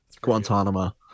Guantanamo